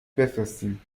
بفرستیم